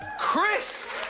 chris.